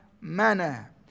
manner